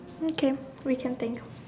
okay we can think